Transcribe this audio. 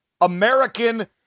American